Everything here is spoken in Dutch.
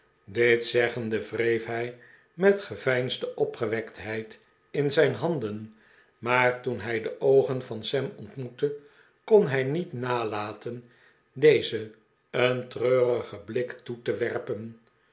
dit zeggende wreef hij met geveinsde opgewektheid in zijn handen maar toen hij de oogen van sam ontmoette kon hij niet nalaten dezen een treurigen blik toe te werpen